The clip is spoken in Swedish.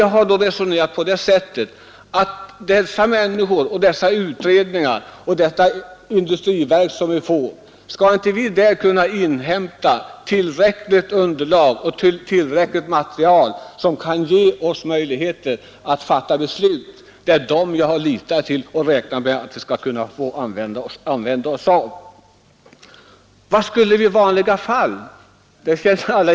Jag har då resonerat på det sättet, att genom dessa personer, dessa utredningar och detta industriverk som vi får skall vi väl kunna inhämta underlag och material som ger oss tillräckliga möjligheter att fatta beslut. Det är detta jag har litat till, och jag räknar med att vi skall kunna få använda oss av vad man här kommer fram till. Vad skulle vi ha gjort i vanliga fall?